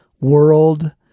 world